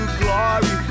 glory